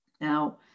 Now